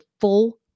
full